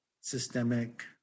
systemic